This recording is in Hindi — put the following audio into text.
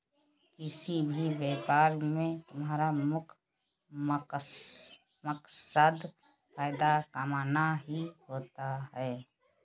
किसी भी व्यापार में तुम्हारा मुख्य मकसद फायदा कमाना ही होता है